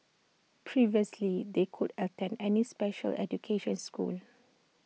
previously they could attend any special education schools